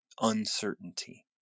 uncertainty